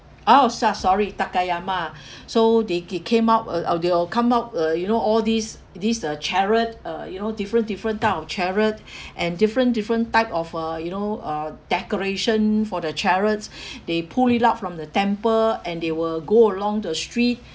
oh sah~ sorry takayama so they they came up err err they all come out uh you know all these these uh chariot uh you know different different type of chariot and different different type of uh you know uh decoration for the chariots they pull it out from the temple and they will go along the street